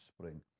spring